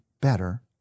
better